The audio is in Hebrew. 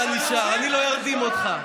אתה נשאר, אני לא ארדים אותך.